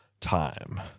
time